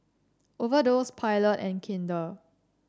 Overdose Pilot and Kinder